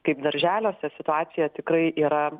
kaip darželiuose situacija tikrai yra